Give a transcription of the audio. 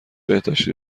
بهداشتی